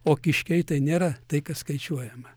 o kiškiai tai nėra tai kas skaičiuojama